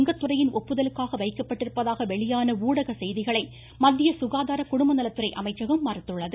குடும்பநலத்துறை ஆக்ஸிஜன் ஒப்புதலுக்காக வைக்கப்பட்டிருப்பதாக வெளியான ஊடக செய்திகளை மத்திய சுகாதார குடும்பநலத்துறை அமைச்சகம்மறுத்துள்ளது